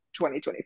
2024